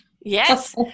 yes